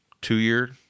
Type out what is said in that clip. Two-year